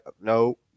no